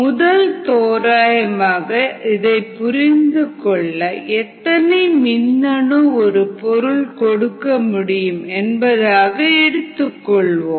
முதல் தோராயமாக இதை புரிந்துகொள்ள எத்தனை மின்னணு ஒரு பொருள் கொடுக்க முடியும் என்பதாக எடுத்துக்கொள்வோம்